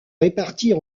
réparties